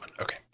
Okay